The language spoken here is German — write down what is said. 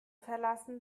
verlassen